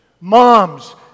Moms